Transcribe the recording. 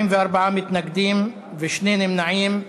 44 מתנגדים, ושני נמנעים.